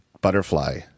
butterfly